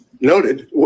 noted